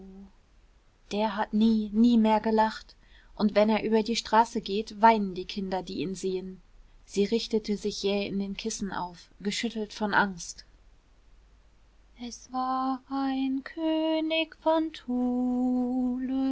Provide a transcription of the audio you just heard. der hat nie nie mehr gelacht und wenn er über die straße geht weinen die kinder die ihn sehen sie richtete sich jäh in den kissen auf geschüttelt von angst es war ein könig von